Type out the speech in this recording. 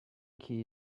key